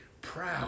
proud